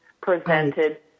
presented